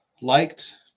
liked